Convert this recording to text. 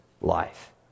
life